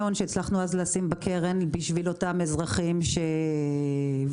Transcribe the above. שהצלחנו אז לשים בקרן בשביל אותם אזרחים ותיקים,